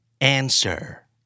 answer